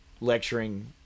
lecturing